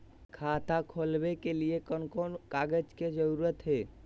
खाता खोलवे के लिए कौन कौन कागज के जरूरत है?